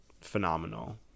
phenomenal